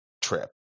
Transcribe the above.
trip